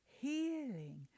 healing